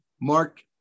Mark